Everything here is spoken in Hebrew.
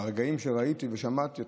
ברגעים שראיתי ושמעתי,